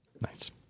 Nice